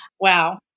wow